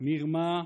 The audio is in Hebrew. מרמה,